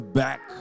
back